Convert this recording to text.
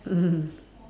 mm